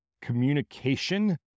communication